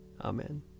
Amen